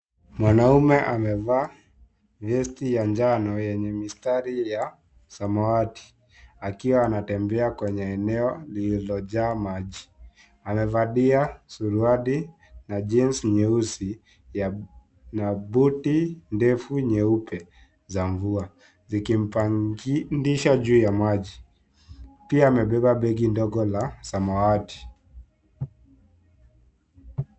Mwanume amevaa Vest ya njano yenye mistari ya samawati akiwa ana tembea kwenye eneo lililojaa maji. Amevalia suruali na Jeans nyeusi na buti ndefu nyeupe za mvua, zikimpandisha juu ya maji. Pia ambeba begi ndogo la samawati.